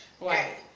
Right